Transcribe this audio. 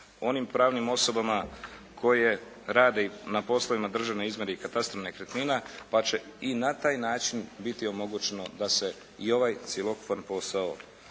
onim pravnim osobama koje rade i na poslovima državne izmjere i katastra nekretnine pa će i na taj način biti omoguće da se ovaj cjelokupan posao